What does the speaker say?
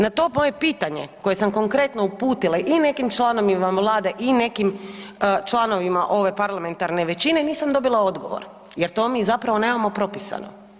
Na to moje pitanje koje sam konkretno uputila i nekim članovima Vlade i nekim članovima ove parlamentarne većine nisam dobila odgovor jer to mi zapravo nemamo propisano.